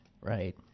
Right